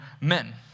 men